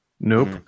Nope